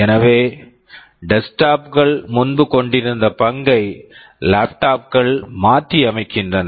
எனவே desktop desktop கள் முன்பு கொண்டிருந்த பங்கை லேப்டாப் laptop கள் மாற்றியமைக்கின்றன